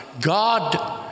God